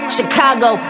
Chicago